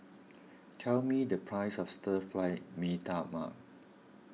tell me the price of Stir Fry Mee Tai Mak